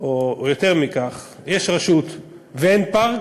או יותר יש רשות ואין פארק,